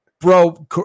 bro